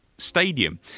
Stadium